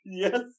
Yes